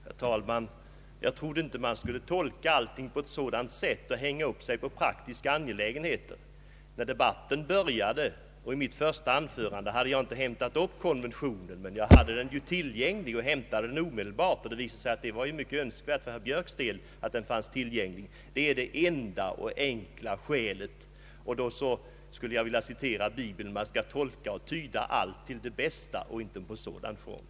Herr talman! Jag trodde inte att man skulle tolka allting på det sätt som här skett och hänga upp sig på praktiska angelägenheter. Till mitt första anförande i debatten hade jag inte hämtat upp konventionen, men jag hade den tillgänglig och hämtade den omedelbart därefter. Det visade sig att det var i hög grad önskvärt för herr Björks del att den fanns tillgänglig. Detta är det enda och enkla skälet till att jag inte kunde läsa upp artikeln i mitt första anförande. Jag skulle här vilja citera bibeln, att man bör tolka och tyda allt till det bästa.